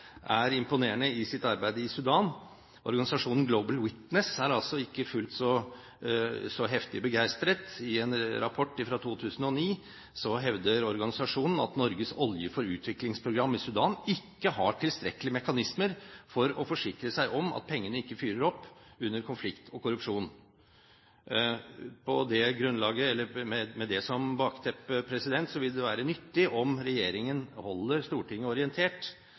er imponerende i sitt arbeid i Sudan. Organisasjonen Global Witness er ikke fullt så heftig begeistret. I en rapport fra 2009 hevder organisasjonen at Norges Olje for utvikling-program i Sudan ikke har tilstrekkelige mekanismer for å forsikre seg om at pengene ikke fyrer opp under konflikt og korrupsjon. Med det som bakteppe vil det være nyttig om regjeringen holder Stortinget orientert